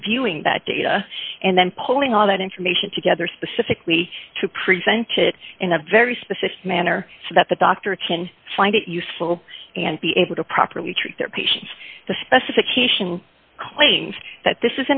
reviewing that data and then pulling all that information together specifically to present it in a very specific manner so that the doctor can find it useful and be able to properly treat their patients the specification claims that this